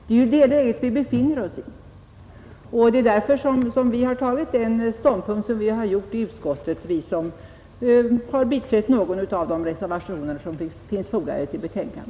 Det är ju det läget vi nu befinner oss i, och det är därför som jag har intagit den ståndpunkt som framgår av reservationen nr 1.